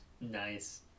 nice